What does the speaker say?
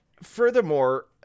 Furthermore